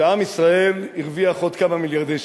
שעם ישראל הרוויח עוד כמה מיליארדי שקלים,